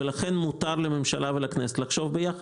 מותר לממשלה ולכנסת לחשוב ביחד,